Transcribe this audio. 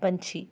ਪੰਛੀ